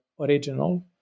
original